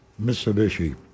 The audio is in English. Mitsubishi